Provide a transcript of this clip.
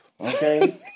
okay